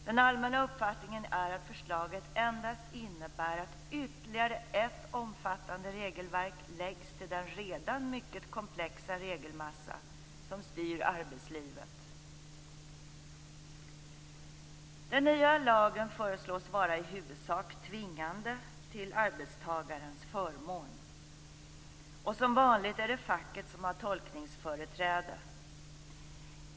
Den allmänna uppfattningen är att förslaget endast innebär att ytterligare ett omfattande regelverk läggs till den redan mycket komplexa regelmassa som styr arbetslivet. Den nya lagen föreslås vara i huvudsak tvingande till arbetstagarens förmån. Och som vanligt är det facket som har tolkningsföreträde.